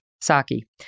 Saki